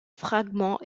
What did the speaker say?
fragment